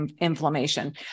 inflammation